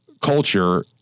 culture